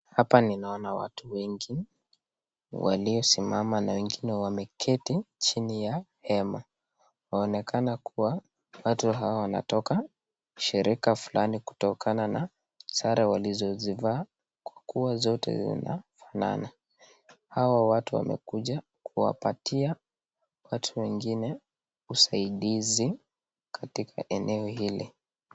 Hapa ninaona watu wengi waliosimama na wengine wameketi chini ya hema. Waonekana kuwa watu hawa wanatoka shirika fulani kutokana na sare walizo zizivaa kwa kuwa zote zinafanana. Hawa watu wamekuja kuwapatia watu wengine usaidizi katika eneo hili.